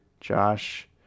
josh